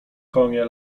konie